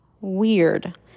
Weird